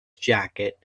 jacket